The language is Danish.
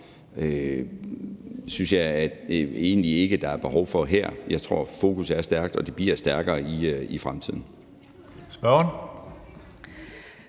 synes jeg egentlig ikke der er behov for her. Jeg tror, at fokusset er stærkt og det bliver stærkere i fremtiden. Kl.